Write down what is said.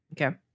Okay